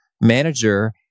manager